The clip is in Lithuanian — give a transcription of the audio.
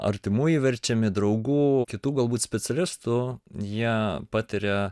artimųjų verčiami draugų kitų galbūt specialistų jie patiria